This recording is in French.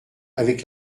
avec